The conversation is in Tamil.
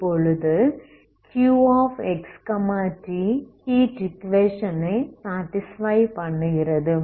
இப்பொழுது Qx t ஹீட் ஈக்குவேஷன் ஐ சாடிஸ்ஃபை பண்ணுகிறது